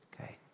Okay